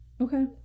Okay